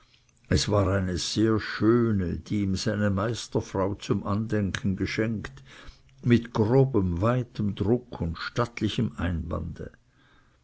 es war eine sehr schöne die ihm seine meisterfrau zum andenken geschenkt mit grobem weitem druck und stattlichem